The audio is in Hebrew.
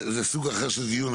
זה סוג אחר של דיון.